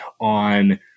on